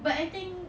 but I think